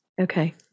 Okay